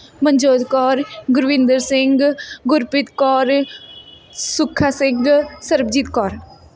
Manjot Kaur Gurvinder Singh Gurpreet Kaur Sukha Singh Sarabjit Kaur